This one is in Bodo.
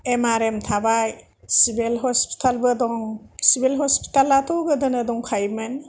एमारेम थाबाय सिबिल हस्पिटाल बो दं सिबिल हस्पिटालाथ' गोदोनो दंखायोमोन